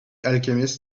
alchemist